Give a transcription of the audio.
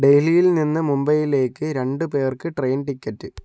ഡൽഹിയിൽ നിന്ന് മുംബൈയിലേക്ക് രണ്ട് പേർക്ക് ട്രെയിൻ ടിക്കറ്റ്